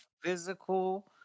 physical